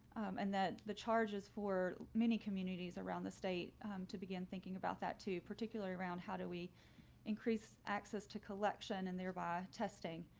and that the charges for many communities around the state to begin thinking about that too, particularly around how do we increase access to collection and thereby testing,